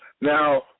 Now